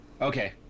Okay